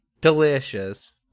delicious